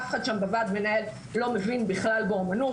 אף אחד שם בוועד המנהל לא מבין בכלל באומנות,